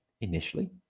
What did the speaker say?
Initially